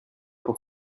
pour